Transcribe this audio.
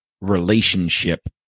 relationship